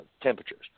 temperatures